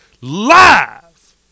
live